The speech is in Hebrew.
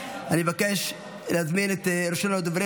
אני מבקש להזמין את ראשון הדוברים,